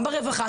גם ברווחה,